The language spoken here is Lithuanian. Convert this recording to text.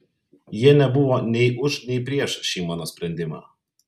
jie nebuvo nei už nei prieš šį mano sprendimą